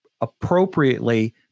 appropriately